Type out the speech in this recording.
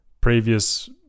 previous